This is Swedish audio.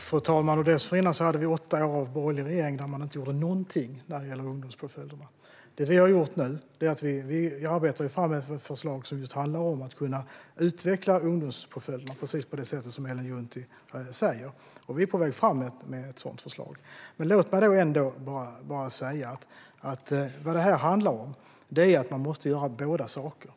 Fru talman! Dessförinnan hade vi åtta år med borgerliga regeringar där man inte gjorde någonting när det gäller ungdomspåföljderna. Det vi har gjort nu är att arbeta fram ett förslag som just handlar om att kunna utveckla ungdomspåföljderna precis på det sätt som Ellen Juntti säger. Vi är på väg fram med ett sådant förslag. Låt mig ändå bara säga att vi måste göra båda sakerna.